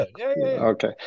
okay